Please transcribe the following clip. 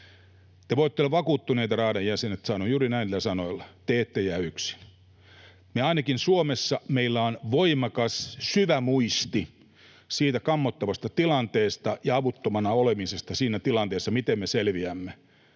Te voitte olla vakuuttuneita, radan jäsenet” — sanoin juuri näillä sanoilla — ”te ette jää yksin.” Ainakin Suomessa meillä on voimakas, syvä muisti siitä kammottavasta tilanteesta ja avuttomana olemisesta siinä tilanteessa, siitä, miten me selviämme,